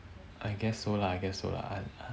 I guess so lah I guess so lah